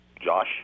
Josh